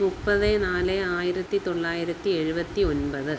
മുപ്പത് നാല് ആയിരത്തി തൊള്ളായിരത്തി ഏഴുപത്തിയൊമ്പത്